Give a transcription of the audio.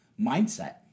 mindset